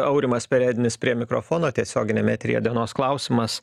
aurimas perednis prie mikrofono tiesioginiam eteryje dienos klausimas